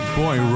boy